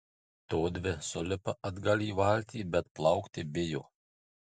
todvi sulipa atgal į valtį bet plaukti bijo